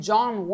John